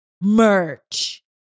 merch